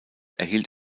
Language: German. erhielt